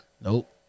Nope